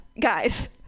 guys